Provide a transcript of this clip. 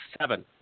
seven